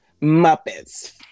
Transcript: Muppets